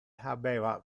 habeva